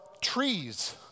trees